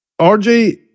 rj